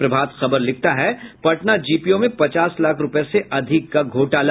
प्रभात खबर लिखता है पटना जीपीओ में पच्चास लाख रूपये से अधिक का घोटाला